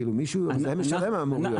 כאילו, מי שמזהם משלם, אמור להיות.